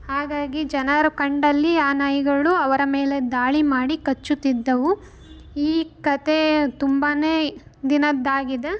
ಹಾಗಾಗಿ ಜನರು ಕಂಡಲ್ಲಿ ಆ ನಾಯಿಗಳು ಅವರ ಮೇಲೆ ದಾಳಿ ಮಾಡಿ ಕಚ್ಚುತ್ತಿದ್ದವು ಈ ಕಥೆ ತುಂಬಾ ದಿನದ್ದಾಗಿದೆ